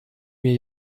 mir